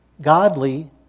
Godly